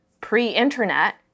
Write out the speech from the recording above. pre-internet